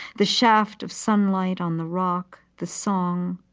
the shaft of sunlight on the rock, the song.